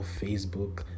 facebook